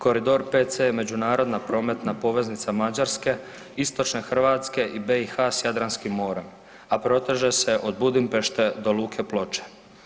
Koridor 5C međunarodna prometna poveznica Mađarske, Istočne Hrvatske i BiH s Jadranskim morem, a proteže se od Budimpešte do luke Ploče.